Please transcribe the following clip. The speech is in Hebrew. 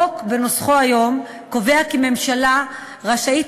החוק בנוסחו היום קובע כי הממשלה רשאית